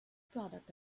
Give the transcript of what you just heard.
product